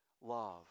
love